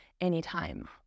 anytime